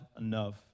enough